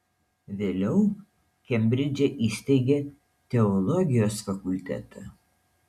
vėliau kembridže įsteigė teologijos fakultetą